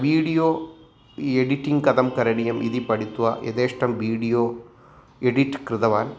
video editing कथं करणीयम् इति पठित्वा यथेष्टं विडियो एडिट् कृतवान्